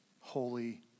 holy